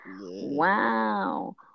Wow